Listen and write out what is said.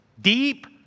deep